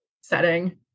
setting